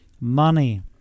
money